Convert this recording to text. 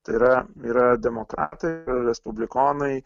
tai yra yra demokratai respublikonai